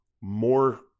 more